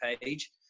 page